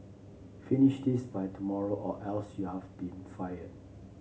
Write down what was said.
finish this by tomorrow or else you have be fired